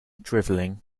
drivelling